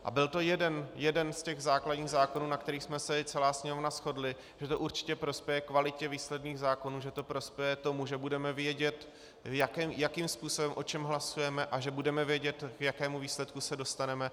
A byl to jeden z těch základních zákonů, na kterých jsme se celá Sněmovna shodli, že to určitě prospěje kvalitě výsledných zákonů, že to prospěje tomu, že budeme vědět, jakým způsobem o čem hlasujeme, a že budeme vědět, k jakému výsledku se dostaneme.